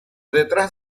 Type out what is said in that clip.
detrás